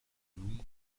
room